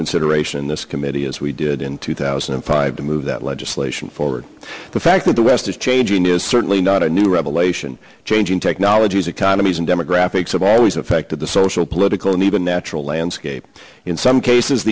consideration this committee as we did in two thousand and five to move that legislation forward the fact that the west is changing is certainly not a new revelation changing technologies economies and demographics of always affected the social political and even natural landscape in some cases